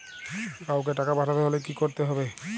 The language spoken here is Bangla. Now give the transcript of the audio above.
কাওকে টাকা পাঠাতে হলে কি করতে হবে?